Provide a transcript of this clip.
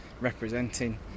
representing